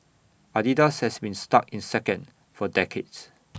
Adidas has been stuck in second for decades